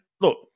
look